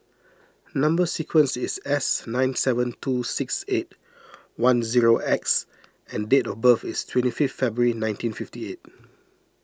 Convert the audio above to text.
Number Sequence is S nine seven two six eight one zero X and date of birth is twenty fifth February nineteen fifty eight